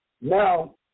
Now